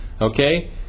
Okay